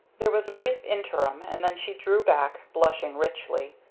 there was a brief interim and then she drew back, blushing richly.